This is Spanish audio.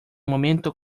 momento